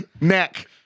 Neck